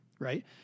right